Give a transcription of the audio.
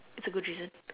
it's a good reason